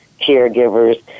caregivers